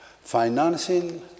Financing